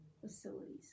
facilities